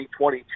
2022